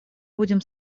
будем